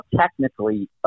technically